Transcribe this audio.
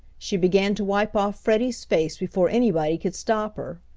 she began to wipe off freddie's face before anybody could stop her.